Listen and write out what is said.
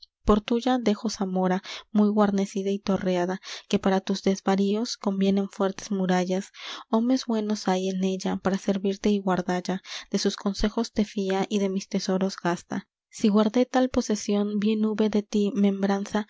por tuya dejo zamora muy guarnecida y torreada que para tus desvaríos convienen fuertes murallas homes buenos hay en ella para servirte y guardalla de sus consejos te fía y de mis tesoros gasta si guardé tal posesión bien hube de ti membranza